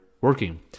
working